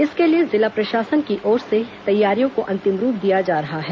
इसके लिए जिला प्रशासन की ओर से तैयारियों को अंतिम रूप दिया जा रहा है